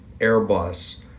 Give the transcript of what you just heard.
Airbus